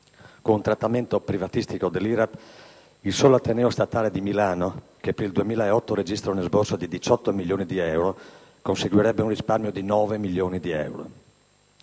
Con un trattamento privatistico dell'IRAP, il solo ateneo statale di Milano (che per il 2008 registra un esborso di 18 milioni di euro) conseguirebbe un risparmio di 9 milioni di euro.